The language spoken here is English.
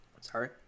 Sorry